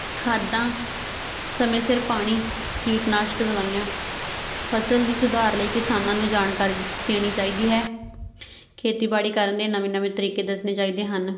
ਖਾਦਾਂ ਸਮੇਂ ਸਿਰ ਪਾਣੀ ਕੀਟਨਾਸ਼ਕ ਦਵਾਈਆਂ ਫਸਲ ਦੀ ਸੁਧਾਰ ਲਈ ਕਿਸਾਨਾਂ ਨੂੰ ਜਾਣਕਾਰੀ ਦੇਣੀ ਚਾਹੀਦੀ ਹੈ ਖੇਤੀਬਾੜੀ ਕਰਨ ਦੇ ਨਵੇਂ ਨਵੇਂ ਤਰੀਕੇ ਦੱਸਣੇ ਚਾਹੀਦੇ ਹਨ